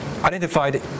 identified